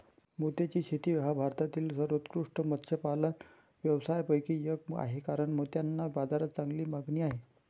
मोत्याची शेती हा भारतातील सर्वोत्कृष्ट मत्स्यपालन व्यवसायांपैकी एक आहे कारण मोत्यांना बाजारात चांगली मागणी आहे